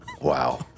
Wow